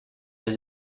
his